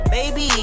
Baby